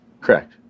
Correct